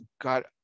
got